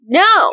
no